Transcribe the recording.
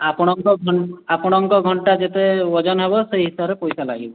ଆପଣଙ୍କ ଆପଣଙ୍କ ଘଣ୍ଟା ଯେତେ ଓଜନ ହେବ ସେହି ହିସାବରେ ପଇସା ଲାଗିବ